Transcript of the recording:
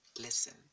listen